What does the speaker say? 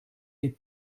les